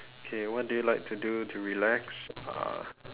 okay what do you like to do to relax uh